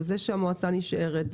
וזה שהמועצה נשארת,